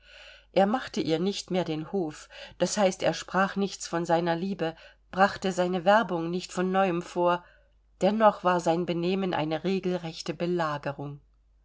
er machte ihr nicht mehr den hof das heißt er sprach nichts von seiner liebe brachte seine werbung nicht von neuem vor dennoch war sein benehmen eine regelrechte belagerung